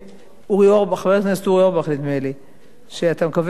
נדמה לי חבר הכנסת